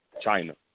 China